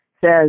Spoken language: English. says